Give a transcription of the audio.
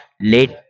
Late